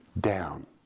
down